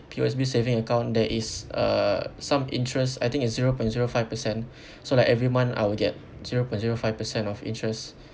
P_O_S_B saving account there is uh some interest I think is zero point zero five percent so like every month I will get zero point zero five percent of interest